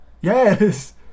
yes